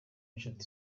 inshuti